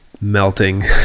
melting